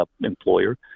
employer